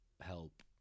help